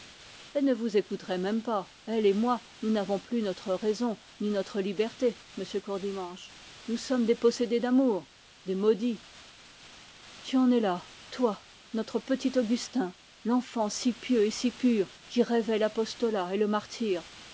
elle ne vous écouterait même pas elle et moi nous n'avons plus notre liberté monsieur courdimanche nous sommes des possédés d'amour des maudits tu en es là toi notre petit augustin l'enfant si pieux et si pur qui rêvait l'apostolat et le martyre